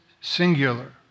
singular